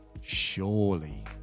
surely